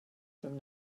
from